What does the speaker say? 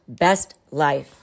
bestlife